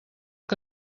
que